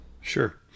Sure